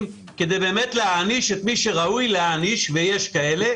כדי להעניש את מי שראוי להעניש ויש כאלה